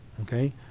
Okay